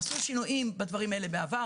עשו שינויים בדברים האלה בעבר,